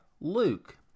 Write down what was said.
Luke